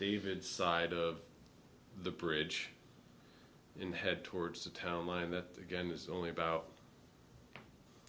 david's side of the bridge and head towards the town line that again is only about